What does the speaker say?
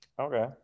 okay